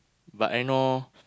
but I know